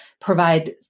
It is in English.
provide